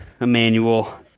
Emmanuel